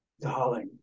darling